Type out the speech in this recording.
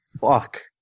Fuck